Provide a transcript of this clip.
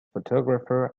photographer